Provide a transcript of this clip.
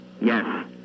Yes